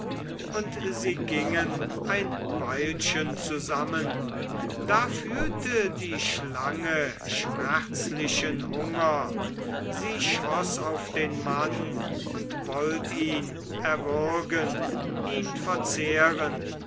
und sie gingen ein weilchen zusammen da fühlte die schlange schmerzlichen hunger sie schoß auf den mann und wollt ihn erwürgen ihn verzehren